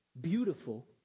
beautiful